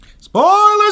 Spoilers